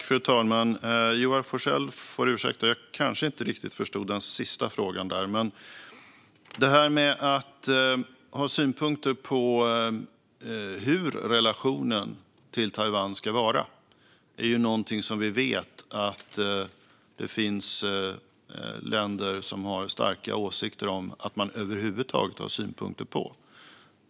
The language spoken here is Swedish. Fru talman! Joar Forssell får ursäkta; jag kanske inte riktigt förstod den sista frågan. Det här med hur relationen till Taiwan ska vara är ju något som vi vet att det finns länder som har starka åsikter om att man över huvud taget har synpunkter på.